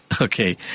okay